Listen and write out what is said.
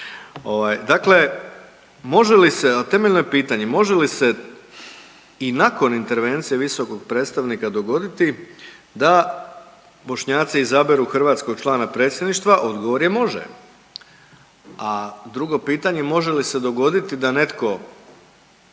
a temeljno je pitanje može li se i nakon intervencije visokog predstavnika dogoditi da Bošnjaci izaberu hrvatskog člana predsjedništva, odgovor je može. A drugo pitanje, može li se dogoditi da netko